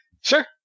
Sure